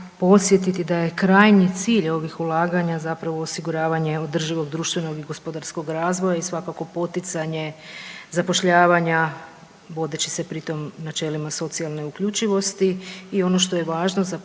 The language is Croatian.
podsjetiti da je krajnji cilj ovih ulaganja zapravo osiguravanje održivog društvenog i gospodarskog razvoja i svakako poticanje zapošljavanja vodeći se pri tom načelima socijalne uključivosti. I on što je važno za podsjetiti